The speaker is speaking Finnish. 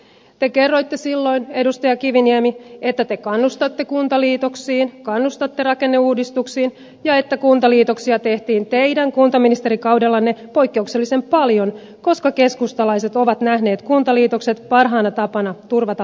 te kerroitte silloin edustaja kiviniemi että te kannustatte kuntaliitoksiin kannustatte rakenneuudistuksiin ja että kuntaliitoksia tehtiin teidän kuntaministerikaudellanne poikkeuksellisen paljon koska keskustalaiset ovat nähneet kuntaliitokset parhaana tapana turvata lähipalvelut